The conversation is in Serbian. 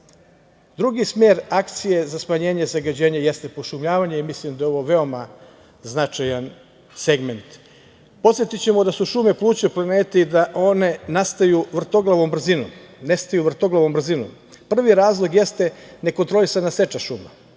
Drugi smer akcije za smanjenje zagađenja jeste pošumljavanje i mislim da je ovo veoma značajan segment. Podsetićemo da su šume pluća planete i da one nestaju vrtoglavom brzinom. Prvi razlog jeste nekontrolisana seča šuma.